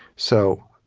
so,